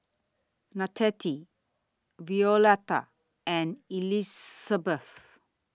Nanette Violetta and Elisabeth